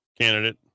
candidate